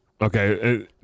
Okay